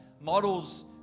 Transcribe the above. models